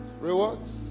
Rewards